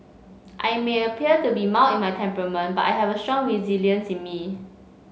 I may appear to be mild in my temperament but I have a strong resilience in me